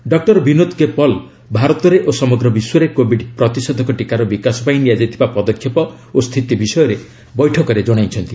doctor Vinod K Paul ଭାରତରେ ଓ ସମଗ୍ର ବିଶ୍ୱରେ କୋବିଡ୍ ପ୍ରତିଷେଧକ ଟିକାର ବିକାଶ ପାଇଁ ନିଆଯାଇଥିବା ପଦକ୍ଷେପ ଓ ସ୍ଥିତି ବିଷୟରେ ବୈଠକରେ ଜଣାଇଛନ୍ତି